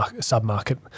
sub-market